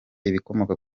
ibikomoka